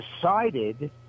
decided